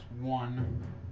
one